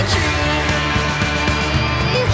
Tree